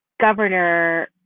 governor